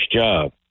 job